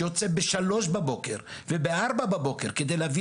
שיוצא בשלוש בבוקר ובארבע בבוקר כדי להביא